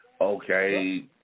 okay